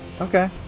Okay